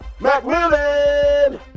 McMillan